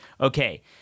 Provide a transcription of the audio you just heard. okay